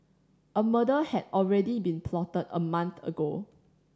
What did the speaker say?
a murder had already been plotted a month ago